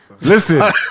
Listen